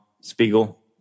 Spiegel